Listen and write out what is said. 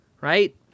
Right